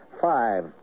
Five